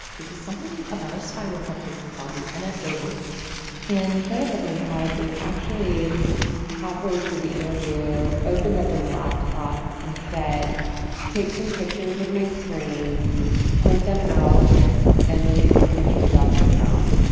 it was something about a spyware company called the nso so group and he showed up at my house and he actually halfway through the interview opened up his laptop and said take some pictures of my screen print them out and delete these pictures off your phone.